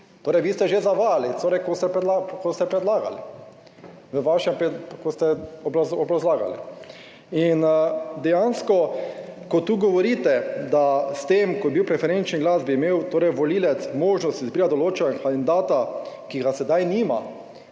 torej vi ste že zavajali, torej, ko ste, ko ste predlagali, v vašem, ko ste obrazlagali in dejansko, ko tu govorite, da s tem, ko je bil preferenčni glas, bi imel torej volivec možnost izbirati določenega mandata. Ki ga sedaj nima,